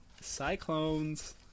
Cyclones